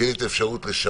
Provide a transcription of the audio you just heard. שתהיה לי את האפשרות לשפר,